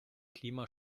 klima